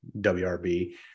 WRB